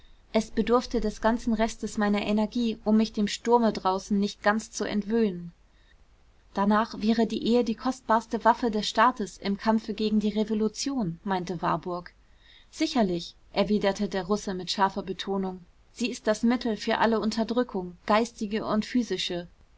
es bedurfte des ganzen restes meiner energie um mich dem sturme draußen nicht ganz zu entwöhnen danach wäre die ehe die kostbarste waffe des staates im kampfe gegen die revolution meinte warburg sicherlich erwiderte der russe mit scharfer betonung sie ist das mittel für alle unterdrückung geistige und physische